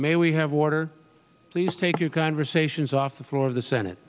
may we have order please take your conversations off the floor of the senate